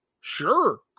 Sure